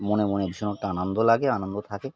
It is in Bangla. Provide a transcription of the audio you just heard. মনে মনে ভীষণ একটা আনন্দ লাগে আনন্দ থাকে